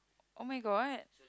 oh-my-god